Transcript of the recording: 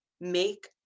make